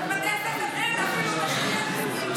בבתי הספר אין אפילו תשתית --- עכשיו